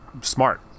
smart